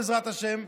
בעזרת השם,